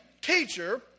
Teacher